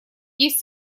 есть